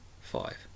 five